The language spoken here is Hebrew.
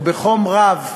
ובחום רב,